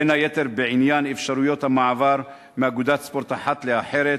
ובין היתר בעניין אפשרויות המעבר מאגודת ספורט אחת לאחרת,